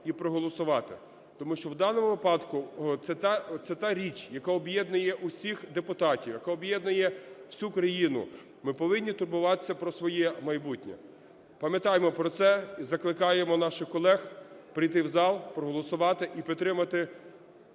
і проголосувати. Тому що в даному випадку це та річ, яка об'єднує усіх депутатів, яка об'єднує всю країну. Ми повинні турбуватися про своє майбутнє, пам'ятаємо про це і закликаємо наших колег прийти в зал, проголосувати і підтримати